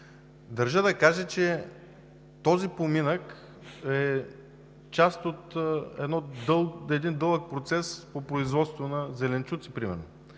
Държа да кажа, че този поминък е част от един дълъг процес по производство на зеленчуци, примерно.